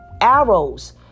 arrows